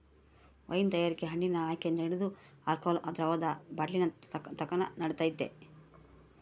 wine ತಯಾರಿಕೆ ಹಣ್ಣಿನ ಆಯ್ಕೆಯಿಂದ ಹಿಡಿದು ಆಲ್ಕೋಹಾಲ್ ದ್ರವದ ಬಾಟ್ಲಿನತಕನ ನಡಿತೈತೆ